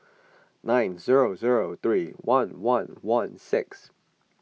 nine zero zero three one one one six